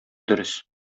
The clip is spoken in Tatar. дөрес